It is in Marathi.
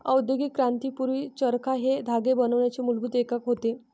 औद्योगिक क्रांती पूर्वी, चरखा हे धागे बनवण्याचे मूलभूत एकक होते